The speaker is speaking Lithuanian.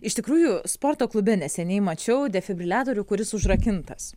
iš tikrųjų sporto klube neseniai mačiau defibriliatorių kuris užrakintas